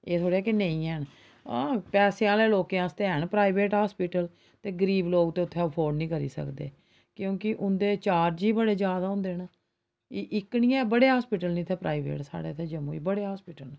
एह् थोह्ड़े ऐ कि नेईं हैन हां पैसे आह्ले लोकें आस्तै हैन प्राइवेट अस्पताल गरीब लोक ते उत्थै ऐफोर्ट निं करी सकदे क्योंकि उं'दे चार्ज ई बड़े जैदा होंदे न इक निं ऐ बड़े अस्पताल न इत्थै प्राइवेट साढ़े इत्थै जम्मू च बड़े अस्पताल न